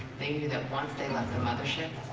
they knew that once they left the mother ship,